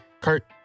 Kurt